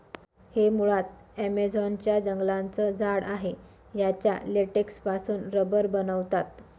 हे मुळात ॲमेझॉन च्या जंगलांचं झाड आहे याच्या लेटेक्स पासून रबर बनवतात